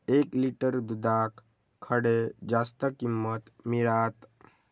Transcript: एक लिटर दूधाक खडे जास्त किंमत मिळात?